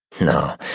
No